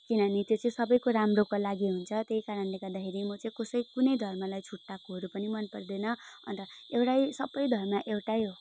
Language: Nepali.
किनभने त्यो चाहिँ सबैको राम्रोको लागि हुन्छ त्यही कारणले गर्दाखेरि म चाहिँ कसै कुनै धर्मलाई छुट्याएकोहरू पनि मन पर्दैन अन्त एउटै सबै धर्म एउटै हो